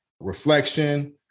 reflection